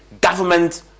government